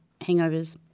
hangovers